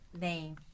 name